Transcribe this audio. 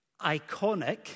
iconic